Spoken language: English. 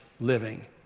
living